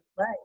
right